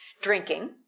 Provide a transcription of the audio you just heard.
drinking